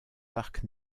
parc